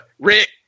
Rick